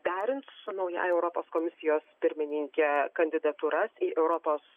derins su naująja europos komisijos pirmininke kandidatūras į europos